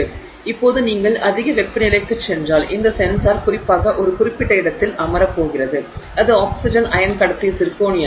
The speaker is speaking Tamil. எனவே இப்போது நீங்கள் அதிக வெப்பநிலைக்குச் சென்றால் இந்த சென்சார் குறிப்பாக ஒரு குறிப்பிட்ட இடத்தில் அமரப் போகிறது அது ஆக்ஸிஜன் அயன் கடத்தி சிர்கோனியா